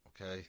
okay